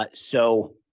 ah so,